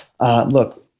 Look